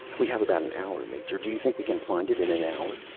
we have about an hour, major. do you think we can find it in an hour?